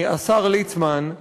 השר ליצמן,